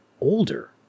older